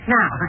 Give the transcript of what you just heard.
Now